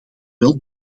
wel